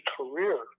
career